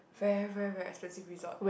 very very very expensive resort